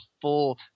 full